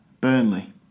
Burnley